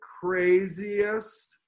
craziest